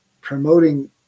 promoting